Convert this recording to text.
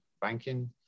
banking